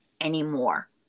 anymore